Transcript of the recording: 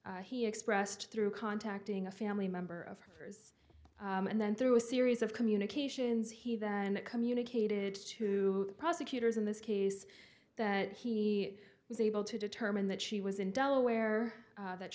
fix he expressed through contacting a family member of hers and then through a series of communications he then communicated to the prosecutors in this case that he was able to determine that she was in delaware that